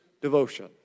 devotion